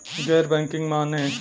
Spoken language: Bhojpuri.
गैर बैंकिंग माने?